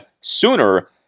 sooner